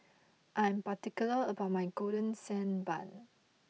I am particular about my Golden Sand Bun